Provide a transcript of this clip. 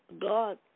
God